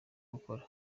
gukora